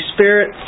Spirit